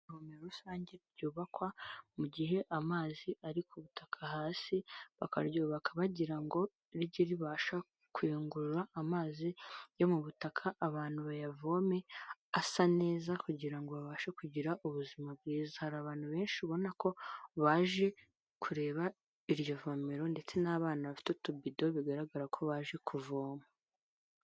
Ivomero rusange ryubakwa mu gihe amazi ari ku butaka hasi, bakaryubaka bagira ngo rige ribasha kuyungurura amazi yo mu butaka abantu bayavome asa neza kugira ngo babashe kugira ubuzima bwiza. Hari abantu benshi ubabona ko baje kureba iryo vomero, ndetse n'abana bafite utubido bigaragara ko baje kuvoma.